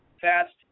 fast